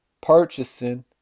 purchasing